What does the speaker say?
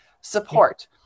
support